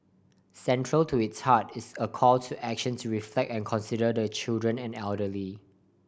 central to its heart is a call to action to reflect and consider the children and elderly